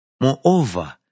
Moreover